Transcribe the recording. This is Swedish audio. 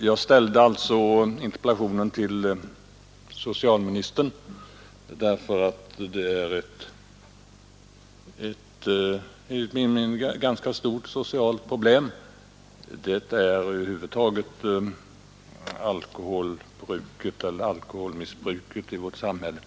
Jag ställde min interpellation till socialministern, därför att missbruket av T-sprit enligt min mening är ett ganska stort socialt problem — vilket givetvis också alkoholmissbruket över huvud taget i vårt samhälle är.